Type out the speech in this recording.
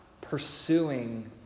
pursuing